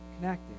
connected